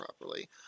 properly